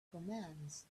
commands